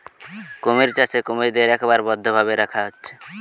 কুমির চাষে কুমিরদের একবারে বদ্ধ ভাবে রাখা হচ্ছে